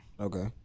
Okay